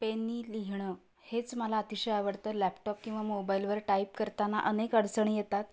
पेनने लिहिणं हेच मला अतिशय आवडतं लॅपटॉप किंवा मोबाईलवर टाईप करताना अनेक अडचणी येतात